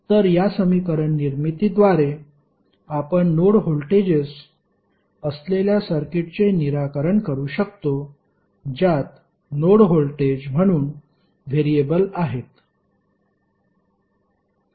तर या समीकरण निर्मितीद्वारे आपण नोड व्होल्टेजेस असलेल्या सर्किटचे निराकरण करू शकतो ज्यात नोड व्होल्टेज म्हणून व्हेरिएबल आहेत